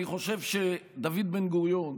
אני חושב שדוד בן-גוריון